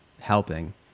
helping